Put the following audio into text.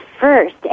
first